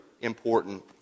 important